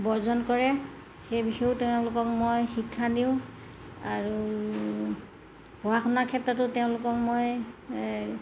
বৰ্জন কৰে সেই বিষয়েও তেওঁলোকক মই শিক্ষা দিওঁ আৰু পঢ়া শুনাৰ ক্ষেত্ৰতো তেওঁলোকক মই এই